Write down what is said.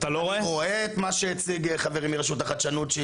אני רואה את מה שהציג חברי מרשות החדשנות,